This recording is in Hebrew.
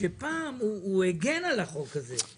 שפעם הוא הגן על החוק הזה.